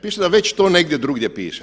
Piše da već to negdje drugdje piše.